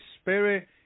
Spirit